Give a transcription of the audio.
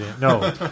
No